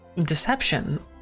deception